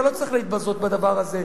אתה לא צריך להתבזות בדבר הזה.